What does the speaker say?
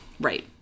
Right